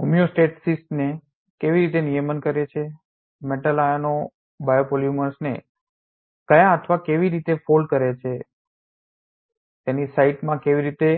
હોમિયોસ્ટેસિસને કેવી રીતે નિયમન કરે છે મેટલ આયનો બાયોપોલિમોર્સ ને કયા અથવા કેવી રીતે ફોલ્ડ fold ગડી કરે છે તેના સાઈટ site સ્થળ માં કેવી રીતે